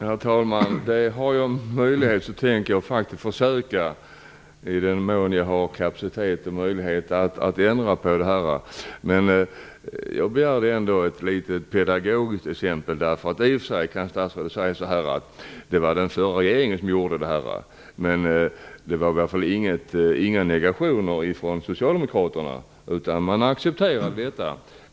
Herr talman! Om jag har möjlighet tänker jag faktiskt försöka i den mån jag har kapacitet att ändra på det här. Men jag begärde ändå ett litet pedagogiskt exempel. Statsrådet säger att det var den förra regeringen som tog initiativet. Men det förekom i alla fall inga invändningar ifrån socialdemokraterna, utan de accepterade detta.